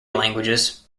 languages